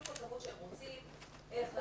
זה